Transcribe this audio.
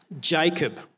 Jacob